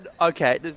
Okay